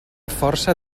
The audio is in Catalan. força